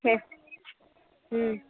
ம்